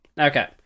okay